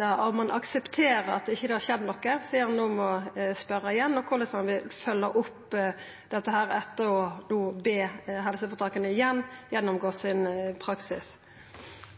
er om han aksepterer at det ikkje har skjedd noko, sidan han no må spørja igjen. Og korleis vil han følgja opp dette, etter at han no igjen må be helseføretaka gjennomgå praksisen